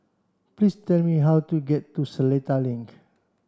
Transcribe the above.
please tell me how to get to Seletar Link